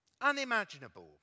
unimaginable